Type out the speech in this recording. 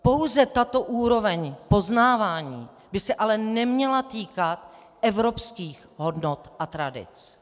Pouze tato úroveň poznávání by se ale neměla týkat evropských hodnot a tradic.